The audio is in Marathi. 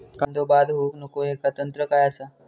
कांदो बाद होऊक नको ह्याका तंत्र काय असा?